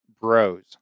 Bros